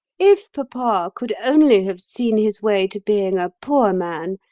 if papa could only have seen his way to being a poor man,